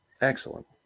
Excellent